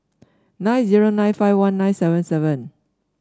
nine zero nine five one nine seven seven